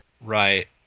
Right